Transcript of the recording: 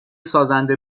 سازنده